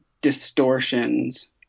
distortions